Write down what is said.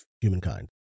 humankind